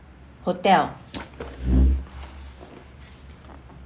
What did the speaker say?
hotel